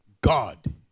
God